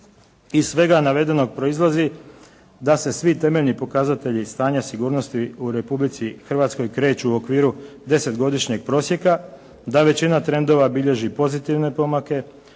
Iz svega navedenog proizlazi da se svi temeljni pokazatelji stanja sigurnosti u Republici Hrvatskoj kreću u okviru 10-godišnjeg prosjeka, da većina trendova bilježi pozitivne pomake,